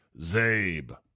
Zabe